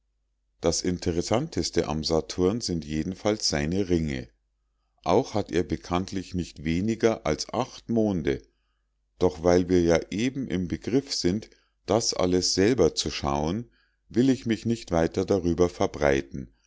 das interessanteste am saturn sind jedenfalls seine ringe auch hat er bekanntlich nicht weniger als acht monde doch weil wir ja eben im begriff sind das alles selber zu schauen will ich mich nicht weiter darüber verbreiten